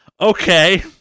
okay